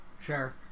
Sure